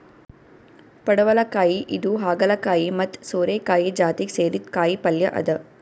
ಪಡವಲಕಾಯಿ ಇದು ಹಾಗಲಕಾಯಿ ಮತ್ತ್ ಸೋರೆಕಾಯಿ ಜಾತಿಗ್ ಸೇರಿದ್ದ್ ಕಾಯಿಪಲ್ಯ ಅದಾ